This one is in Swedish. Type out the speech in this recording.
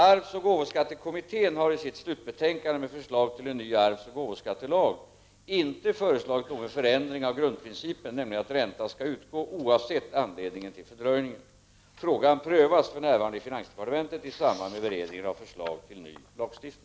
Arvsoch gåvoskattekommittén har i sitt slutbetänkande med förslag till en ny arvsoch gåvoskattelag inte föreslagit någon förändring av grundprincipen, nämligen att ränta skall utgå oasvsett anledningen till fördröjningen. Frågan prövas för närvarande i finansdepartementet i samband med beredningen av förslag till ny lagstiftning.